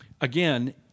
again